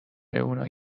اونایی